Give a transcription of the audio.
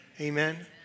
amen